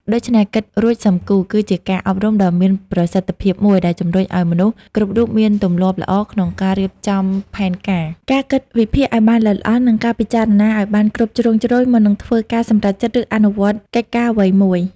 ដូច្នេះ «គិតរួចសឹមគូរ» គឺជាការអប់រំដ៏មានប្រសិទ្ធភាពមួយដែលជំរុញឱ្យមនុស្សគ្រប់រូបមានទម្លាប់ល្អក្នុងការរៀបចំផែនការ ការគិតវិភាគឱ្យបានល្អិតល្អន់ និងការពិចារណាឱ្យបានគ្រប់ជ្រុងជ្រោយមុននឹងធ្វើការសម្រេចចិត្តឬអនុវត្តកិច្ចការអ្វីមួយ។